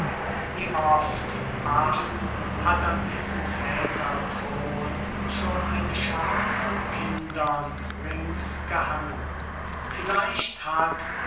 wie oft ach hat an diesem väter thron schon eine schaar von kindern rings gehangen vielleicht hat